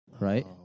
right